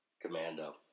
Commando